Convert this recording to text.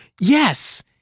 Yes